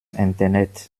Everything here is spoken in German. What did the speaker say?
internet